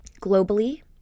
globally